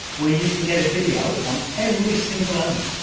where you can get a video on every single element,